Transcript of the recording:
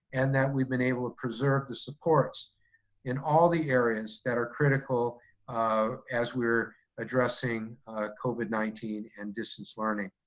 and that we've been able to preserve the supports in all the areas that are critical um as we are addressing covid nineteen and distance learning.